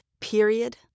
Period